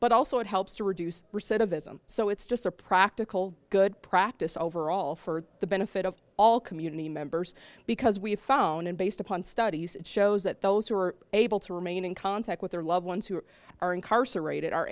but also it helps to reduce recidivism so it's just a practical good practice overall for the benefit of all community members because we have phone and based upon studies it shows that those who are able to remain in contact with their loved ones who are incarcerated are